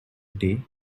day